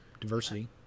diversity